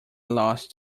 lost